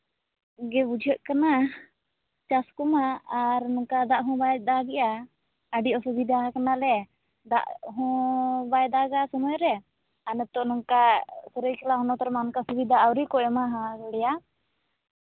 ᱜᱮ ᱵᱩᱡᱷᱟᱹᱜ ᱠᱟᱱᱟ ᱪᱟᱥ ᱠᱚᱢᱟ ᱟᱨ ᱱᱚᱝᱠᱟ ᱫᱟᱜ ᱦᱚᱸ ᱵᱟᱭ ᱫᱟᱜ ᱮᱫᱟ ᱟᱹᱰᱤ ᱚᱥᱩᱵᱤᱫᱷᱟ ᱠᱟᱱᱟᱞᱮ ᱫᱟᱜ ᱦᱚᱸ ᱵᱟᱭ ᱫᱟᱜᱼᱟ ᱥᱚᱢᱚᱭ ᱨᱮ ᱟᱨ ᱱᱤᱛᱚᱜ ᱱᱚᱝᱠᱟ ᱥᱟᱹᱨᱟᱹᱭᱠᱮᱞᱟ ᱦᱚᱱᱚᱛ ᱨᱮᱢᱟ ᱚᱱᱠᱟ ᱥᱩᱵᱤᱫᱷᱟ ᱟᱹᱣᱨᱤ ᱠᱚ ᱮᱢᱟ ᱦᱟᱸᱜ ᱞᱮᱭᱟ